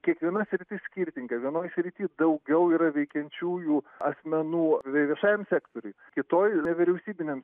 kiekviena sritis skirtinga vienoj srity daugiau yra veikiančiųjų asmenų vie viešajam sektoriuj kitoj nevyriausybiniam